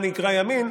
מה נקרא ימין.